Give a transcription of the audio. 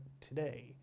today